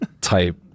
type